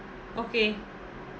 okay